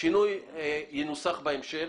השינוי ינוסח בהמשך.